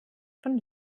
von